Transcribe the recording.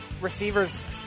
Receivers